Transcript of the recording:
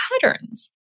patterns